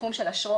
בתחום של אשרות,